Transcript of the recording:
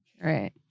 Right